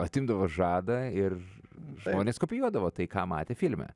atimdavo žadą ir žmonės kopijuodavo tai ką matė filme